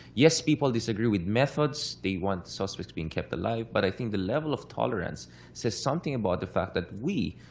yes, people disagree with methods. they want suspects being kept alive. but i think the level of tolerance says something about the fact that we,